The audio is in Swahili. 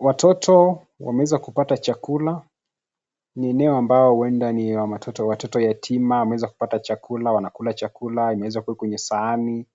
Watoto wameweza kupata chakula. Ni eneo ambayo huenda ni ya watoto yatima wameweza kupata chakula wanakula chakula imeweza kuwa kwenye sahani,